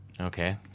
Okay